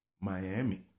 Miami